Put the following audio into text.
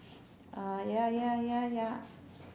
ah ya ya ya ya